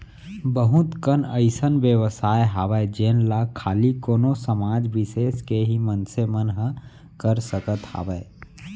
बहुत कन अइसन बेवसाय हावय जेन ला खाली कोनो समाज बिसेस के ही मनसे मन ह कर सकत हावय